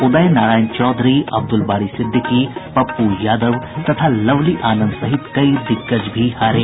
उदय नारायण चौधरी अब्दुल बारी सिद्दीकी पप्पू यादव तथा लवली आनंद सहित कई दिग्गज भी हारे